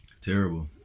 Terrible